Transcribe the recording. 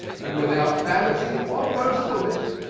and without vanity or boastfulness,